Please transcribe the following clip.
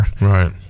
right